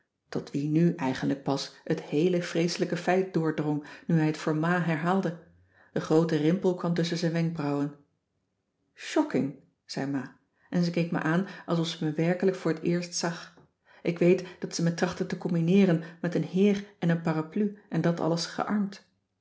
tot wien nu eigenlijd pas het heele vreeselijke feit doordrong nu hij t voor ma herhaalde de groote rimpel kwam tusschen zijn wenkbrauwen shocking zei ma en ze keek me aan alsof ze me werkelijk voor het eerst zag ik weet dat ze mij trachtte te combineeren met een heer en een parapluie en dat alles gearmd